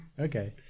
okay